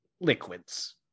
liquids